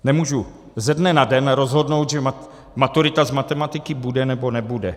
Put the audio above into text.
Nemůžu ze dne na den rozhodnout, že maturita z matematiky bude, nebo nebude.